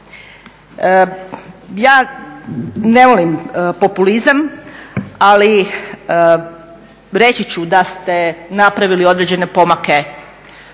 Ja ne volim populizam, ali reći ću da ste napravili određene pomake